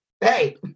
hey